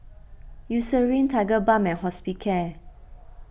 Eucerin Tigerbalm and Hospicare